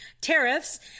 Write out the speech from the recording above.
tariffs